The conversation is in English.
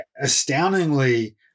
astoundingly –